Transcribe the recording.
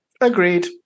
Agreed